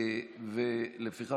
לפיכך,